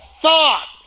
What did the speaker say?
thought